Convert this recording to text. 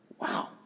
wow